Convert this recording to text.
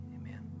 Amen